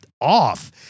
off